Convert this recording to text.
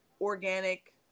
organic